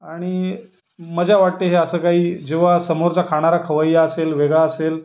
आणि मजा वाटते हे असं काई जेव्हा समोरचा खाणारा खवय्या असेल वेगळा असेल